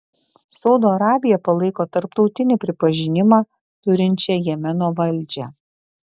saudo arabija palaiko tarptautinį pripažinimą turinčią jemeno valdžią